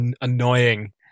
annoying